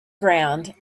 ground